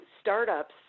startups